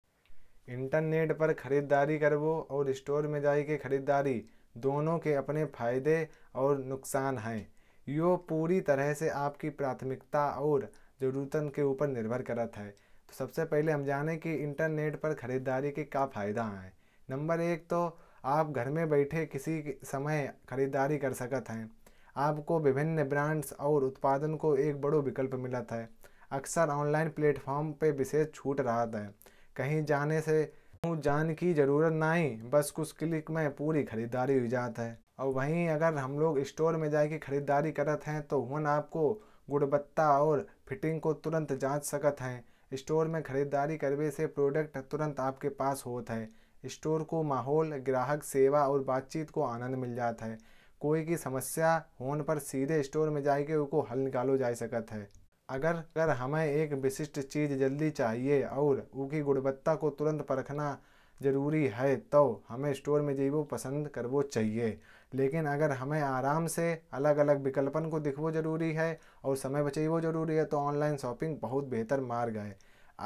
इंटरनेट पर खरीदारी करना और स्टोर में जाकर खरीदारी करना। दोनों के अपने फायदे और नुकसान हैं ये पूरी तरह से आपकी प्राथमिकता। और ज़रूरत पर निर्भर करता है तो सबसे पहले हम जान लेते हैं। कि इंटरनेट पर खरीदारी के क्या फायदे हैं। नंबर एक तो आप घर में बैठकर किसी भी समय खरीदारी कर सकते हैं। आपको विभिन्न ब्रांड्स और प्रोडक्ट्स का एक बड़ा विकल्प मिलता है। अक्सर ऑनलाइन प्लेटफॉर्म्स पर विशेष छूट भी मिलती है। कहीं जाने की ज़रूरत नहीं बस कुछ क्लिक में पूरी खरीदारी हो जाती है। वहीं अगर हम स्टोर में जाकर खरीदारी करते हैं। तो आप गुणवत्ता और फिटिंग को तुरंत जाँच सकते हैं। स्टोर में खरीदारी करने से प्रोडक्ट तुरंत आपके पास होता है। स्टोर का माहौल कस्टमर सर्विस और बातें करने का मज़ा अलग होता है। कोई भी समस्या होने पर सीधे स्टोर में जाकर उन्हें हल निकालने की सुविधा होती है। अगर सर हमें एक विशिष्ट चीज़ जल्दी चाहिए और उनकी गुणवत्ता को तुरंत परखना ज़रूरी है। तो हमें स्टोर में जाना पसंद है। लेकिन अगर हमें आराम से अलग अलग विकल्पों को देखना ज़रूरी है और समय बचाना भी है। तो ऑनलाइन शॉपिंग बहुत बेहतर रास्ता है चालीस मिनिट